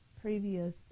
previous